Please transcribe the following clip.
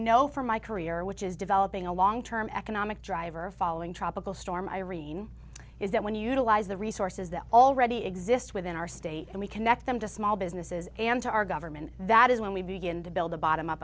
know from my career which is developing a long term economic driver following tropical storm irene is that when utilize the resources that already exist within our state and we connect them to small businesses and to our government that is when we begin to build a bottom up